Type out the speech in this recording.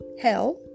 hell